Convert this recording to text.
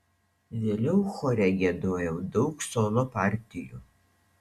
vėliau chore giedojau daug solo partijų